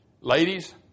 Ladies